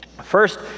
First